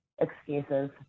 excuses